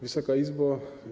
Wysoka Izbo!